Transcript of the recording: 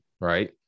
right